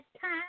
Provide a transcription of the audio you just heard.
time